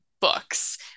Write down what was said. books